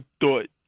thought